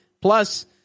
plus